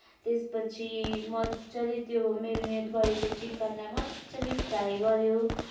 त्यसपछि मजाले त्यो मेरिनेट गरेको चिकनलाई मजाले फ्राई गर्यो